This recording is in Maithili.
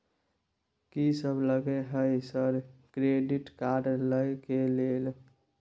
कि सब लगय हय सर क्रेडिट कार्ड लय के लिए?